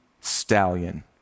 stallion